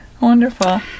Wonderful